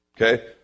Okay